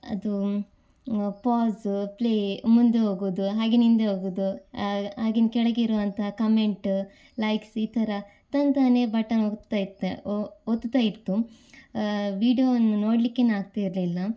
ಅದು pause play ಮುಂದೆ ಹೋಗೋದು ಹಾಗೇನೆ ಹಿಂದೆ ಹೋಗೋದು ಹಾಗೆನೇ ಕೆಳಗಿರುವಂಥ ಕಮೆಂಟ ಲೈಕ್ಸ ಈ ಥರ ತಂತಾನೆ ಬಟನ್ ಒತ್ತುತ್ತಾ ಇತ್ತು ಒತ್ತುತ್ತಾ ಇತ್ತು ವೀಡಿಯೋವನ್ನು ನೋಡಲಿಕ್ಕೆನೇ ಆಗ್ತಾ ಇರಲಿಲ್ಲ